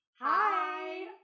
Hi